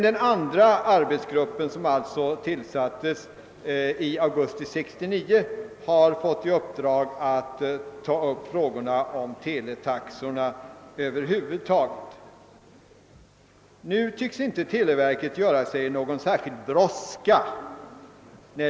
Den andra arbetsgruppen, som alltså tillsattes i augusti 1969, har fått i uppdrag att behandla frågorna om teletaxorna över huvud taget. Televerket tycks inte göra sig någon särskild brådska.